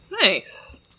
Nice